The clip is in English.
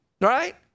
Right